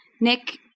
Nick